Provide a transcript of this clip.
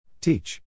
Teach